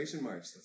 March